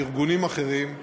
ארגונים אחרים,